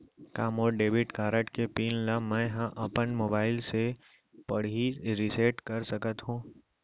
का मोर debit card के पिन ल मैं ह अपन मोबाइल से पड़ही रिसेट कर सकत हो?